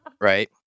Right